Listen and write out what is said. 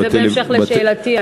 זה בהמשך לשאלתי,